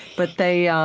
but they, um